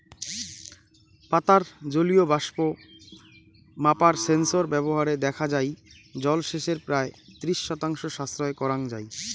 পাতার জলীয় বাষ্প মাপার সেন্সর ব্যবহারে দেখা যাই জলসেচের প্রায় ত্রিশ শতাংশ সাশ্রয় করাং যাই